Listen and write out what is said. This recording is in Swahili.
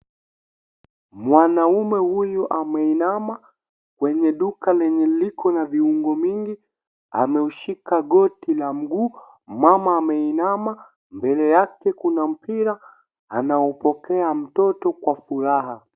Mwanaume huyu ameinama kwenye duka lenye liko na viungo mingi ameushika goti la mguu. Mama ameinama mbele yake kuna mpira anaopokea mtoto kwa furaha.